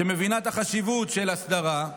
שמבינה את החשיבות של ההסדרה.